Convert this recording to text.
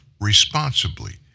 responsibly